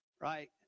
right